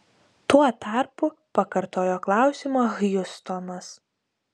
tuo tarpu pakartojo klausimą hjustonas